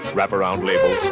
wrap-around labels,